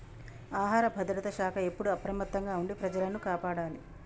ఆహార భద్రత శాఖ ఎప్పుడు అప్రమత్తంగా ఉండి ప్రజలను కాపాడాలి